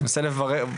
אני מנסה באמת לברר.